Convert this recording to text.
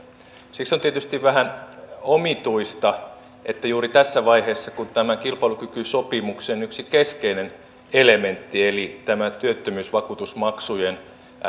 siksi on tietysti vähän omituista että juuri tässä vaiheessa kun tämä kilpailukykysopimuksen yksi keskeinen elementti eli tämä työttömyysvakuutusmaksujen